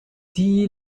die